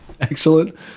Excellent